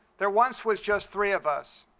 there once was just three of us,